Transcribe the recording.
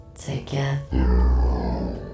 Together